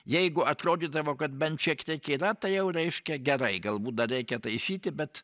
jeigu atrodydavo kad bent šiek tiek yra tai jau reiškia gerai galbūt dar reikia taisyti bet